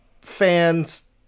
fans